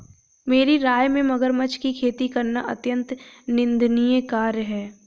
मेरी राय में मगरमच्छ की खेती करना अत्यंत निंदनीय कार्य है